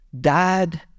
died